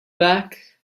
back